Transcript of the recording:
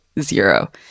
zero